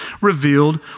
revealed